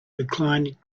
reclined